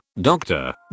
Doctor